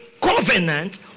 covenant